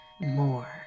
more